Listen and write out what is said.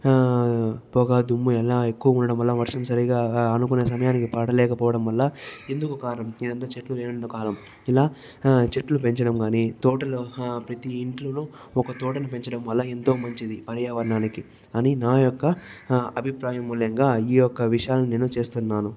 పొగ దుమ్ము ఇలా ఎక్కువ ఉండడం వల్ల వర్షం సరిగా అనుకునే సమయానికి పడలేకపోవడం వల్ల ఎందుకు కారణం ఇదంతా చెట్లు లేనందుకు కారణం ఇలా చెట్లు పెంచడం కానీ తోటలు ప్రతి ఇంటిలోను ఒక తోటను పెంచడం వల్ల ఎంతో మంచిది పర్యావరణానికి అని నా యొక్క అభిప్రాయం మూల్యంగా ఈ యొక్క విషయాన్ని నేను చేస్తున్నాను